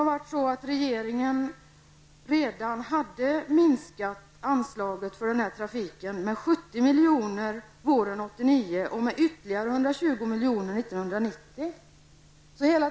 Regeringen minskade redan våren 1989 anslaget för den här trafiken med 70 milj.kr. och sedan med ytterligare 120 miljoner 1990.